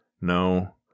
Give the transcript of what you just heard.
No